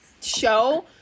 show